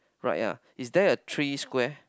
right yeah is there a three square